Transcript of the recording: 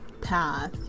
path